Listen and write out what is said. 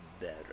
better